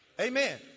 Amen